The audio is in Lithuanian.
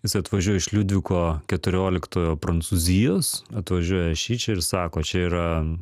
jisai atvažiuoja iš liudviko keturioliktojo prancūzijos atvažiuoja šičia ir sako čia yra